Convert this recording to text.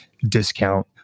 discount